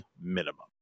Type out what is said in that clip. minimum